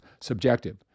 subjective